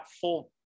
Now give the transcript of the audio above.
full